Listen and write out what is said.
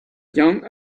young